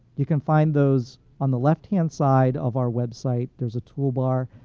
you can find those on the left-hand side of our website. there's a tool bar,